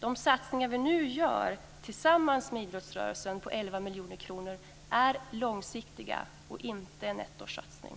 De satsningar vi nu gör tillsammans med idrottsrörelsen på 11 miljoner kronor är långsiktiga. Det är inte en ettårssatsning.